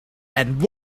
and